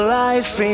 life